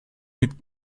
mit